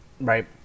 Right